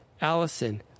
Allison